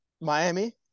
Miami